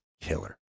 killer